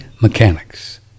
mechanics